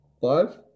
Five